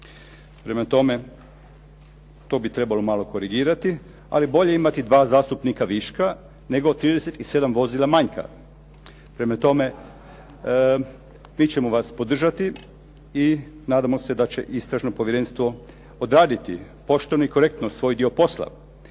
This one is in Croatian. Prema tome, to bi trebalo malo korigirati, ali bolje imati dva zastupnika viška, nego 37 vozila manjka. Prema tome, mi ćemo vas podržati i nadamo se da će istražno povjerenstvo odraditi pošteno i korektno svoj dio posla.